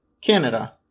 Canada